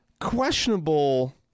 questionable